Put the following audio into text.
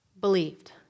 believed